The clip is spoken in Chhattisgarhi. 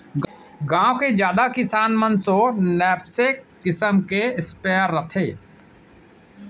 गॉँव के जादा किसान मन सो नैपसेक किसम के स्पेयर रथे